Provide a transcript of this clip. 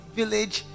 village